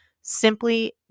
simply